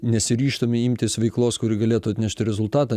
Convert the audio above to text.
nesiryžtame imtis veiklos kuri galėtų atnešti rezultatą